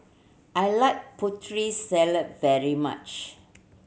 I like Putri Salad very much